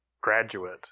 graduate